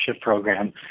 Program